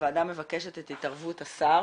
הוועדה מבקשת את התערבות השר